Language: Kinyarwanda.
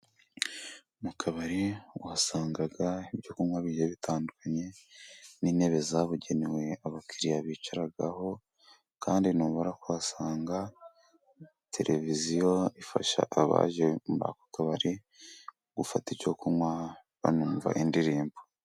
Mu kabari usanga ibyo kunywa bigiye bitandukanye， n'intebe zabugenewe abakiriya bicaraho, kandi ntubura kuhasanga tereviziyo ifasha abaje ku kabari，gufata icyo kunywa banumva indirimbo.